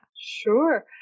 Sure